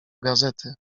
gazety